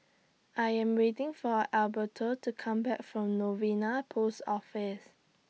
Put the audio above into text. I Am waiting For Alberto to Come Back from Novena Post Office